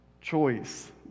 choice